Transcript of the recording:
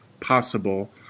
possible